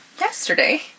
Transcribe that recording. yesterday